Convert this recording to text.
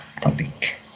topic